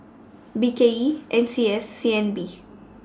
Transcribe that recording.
B K E N C S and C N B